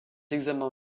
examens